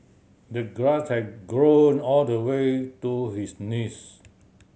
the grass had grown all the way to his knees